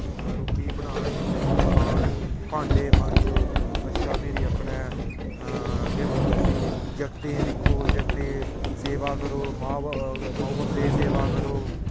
रुट्टी बनानी खलानी भांडे मांजो अच्छा फिरी अपनै केह् बोलदे उसी जाकतें गी दिक्खो जाकतें दी सेवा करो मा ब माऊ बब्बै दी सेवा करो